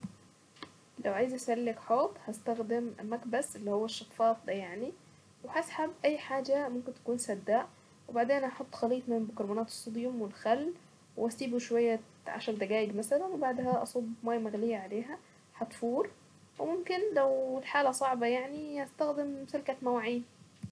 لو عايز اسلك حوض هستخدم مكبس اللي هو الشفاط ده يعني وهسحب اي حاجة ممكن تكون سداه وبعدين احط خليط من البيكربونات الصوديوم والخل واسيبه شوية عشر دقايق مثلا وبعدها اصب مية مغلية عليها هتفور وممكن لو الحالة صعبة يعني هستخدم سلكة مواعين.